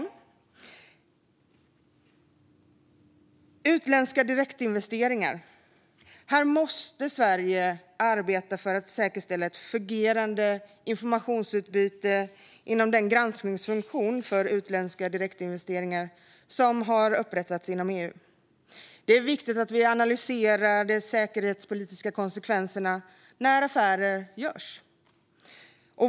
När det gäller utländska direktinvesteringar måste Sverige arbeta för att säkerställa ett fungerande informationsutbyte inom den granskningsfunktion för utländska direktinvesteringar som har upprättats inom EU. Det är viktigt att vi analyserar de säkerhetspolitiska konsekvenserna när affärer görs.